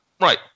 Right